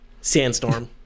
sandstorm